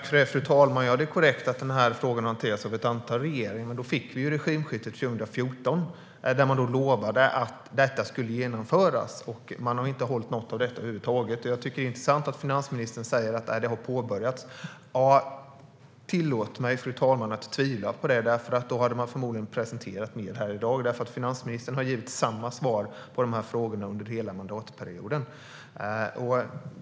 Fru talman! Det är korrekt att frågan har hanterats av ett antal regeringar. Sedan fick vi regimskiftet 2014, där man lovade att detta skulle genomföras. Regeringen har inte hållit något av detta över huvud taget, och jag tycker att det är intressant att finansministern säger att det har påbörjats. Tillåt mig, fru talman, att tvivla på det. Då hade man förmodligen presenterat det här i dag, men finansministern har gett samma svar på frågorna under hela mandatperioden.